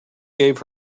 gave